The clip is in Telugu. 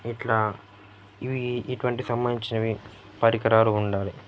ఇలా ఇవి ఇటువంటి సంబంధించినవి పరికరాలు ఉండాలి